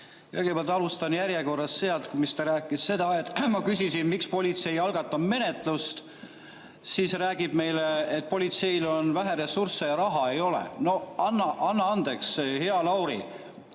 Kõigepealt, alustan järjekorras sealt, mis ta rääkis selle kohta, kui ma küsisin, miks politsei ei algatanud menetlust. Ta räägib meile, et politseil on vähe ressursse ja raha ei ole. No anna andeks, hea Lauri!